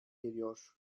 geliyor